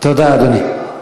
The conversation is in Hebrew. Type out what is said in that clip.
תודה, אדוני.